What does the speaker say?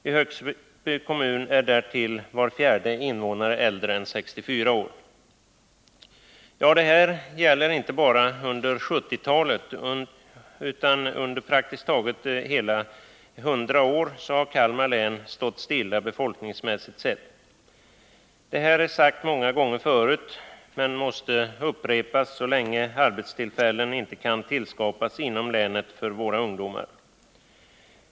I Högsby kommun är därtill var fjärde invånare äldre än 64 år.” Ja, det här gäller inte bara under 1970-talet — under praktiskt taget hela 100 år har Kalmar län stått stilla befolkningsmässigt sett. Detta har sagts många gånger förut men måste upprepas så länge arbetstillfällen inte kan tillskapas inom länet för våra ungdomar.